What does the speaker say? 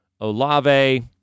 olave